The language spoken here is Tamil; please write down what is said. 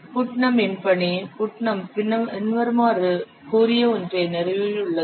புட்னமின் பணி புட்னம் பின்வருமாறு கூறிய ஒன்றை நிறுவியுள்ளது